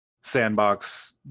sandbox